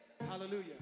Hallelujah